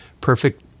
perfect